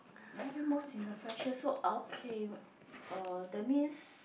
value most in a friendship so okay uh that means